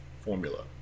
formula